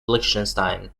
liechtenstein